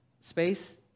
space